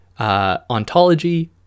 ontology